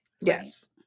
Yes